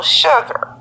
sugar